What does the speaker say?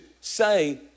say